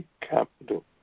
capital